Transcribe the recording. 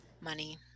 money